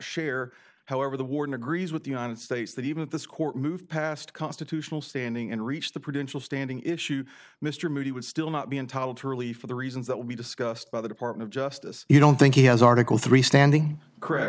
share however the warden agrees with the united states that even at this court move past constitutional standing and reach the producer standing issue mr moody would still not be entitled to relief for the reasons that would be discussed by the department of justice you don't think he has article three standing correct